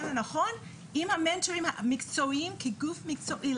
הנכון עם המנטורים המקצועיים כגוף מקצועי.